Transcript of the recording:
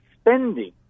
spending